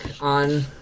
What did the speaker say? on